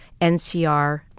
NCR